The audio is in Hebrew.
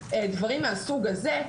דברים מהסוג הזה,